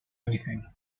anything